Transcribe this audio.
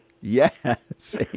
Yes